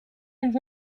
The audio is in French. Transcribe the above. les